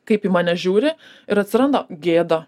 kaip į mane žiūri ir atsiranda gėda